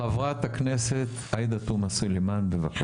חברת הכנסת עאידה תומא סלימאן בבקשה.